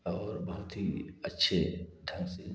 और बहुत ही अच्छे डांसर